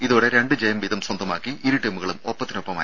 ഇതോടെ രണ്ട് ജയം വീതം സ്വന്തമാക്കി ഇരു ടീമുകളും ഒപ്പത്തിനൊപ്പമായി